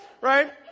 Right